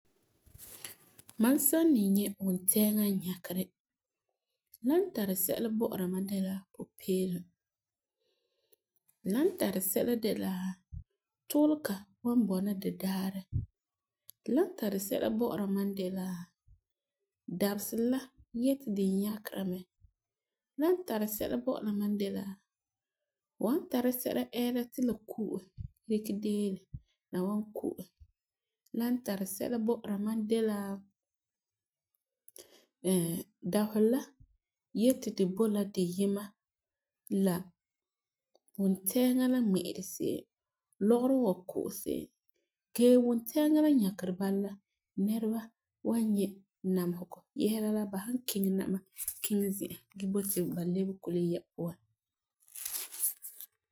Mam san ni nyɛ wuntɛɛŋa n yɛkeri, la tari sɛla bɔ'ɔra mam de la pupeelum, la n tari sɛla de la tuulega wan bɔna didaarɛ, la tari sɛla bɔ'ɔra mam de la dabeserɛ la yeti di nyakera mɛ, la tari sɛla bɔ'ɔra mam de la fu wan tara sɛla ɛɛra ti la ku'ɛ dikɛ diilɛ la wan ku'ɛ ,la n tari sɛla bɔ'ɔra mam de la dabeserɛ la yeti di boi la diyima la wuntɛɛŋa la n ŋmɛ'ɛri se'em la lɔgerɔ n wan ku'ɛ se'em gee wuntɛɛŋa la nyɛkeri bala nɛreba wan nyɛ namesegɔ yɛsera ba san kiŋɛ nama kiŋɛ zi'a gee boti ba lebe kule yɛa puan.